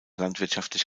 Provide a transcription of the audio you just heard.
landwirtschaftlich